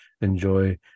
enjoy